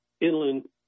inland